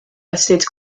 estate